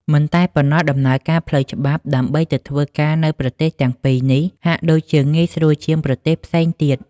មិនតែប៉ុណ្ណោះ ដំណើរការផ្លូវច្បាប់ដើម្បីទៅធ្វើការនៅប្រទេសទាំងពីរនេះ ហាក់ដូចជាងាយស្រួលជាងប្រទេសផ្សេងទៀត។